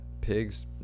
Pigs